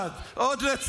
עוד אחד, עוד ליצן.